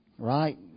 Right